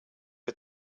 her